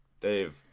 Dave